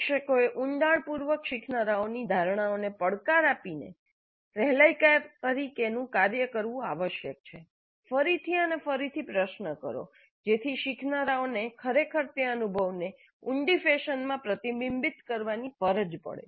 શિક્ષકોએ ઉંડાણપૂર્વક શીખનારાઓની ધારણાઓને પડકાર આપીને સહેલાઇકાર તરીકે કાર્ય કરવું આવશ્યક છે ફરીથી અને ફરીથી પ્રશ્ન કરો જેથી શીખનારાઓને ખરેખર તે અનુભવને ઉંડી ફેશનમાં પ્રતિબિંબિત કરવાની ફરજ પડે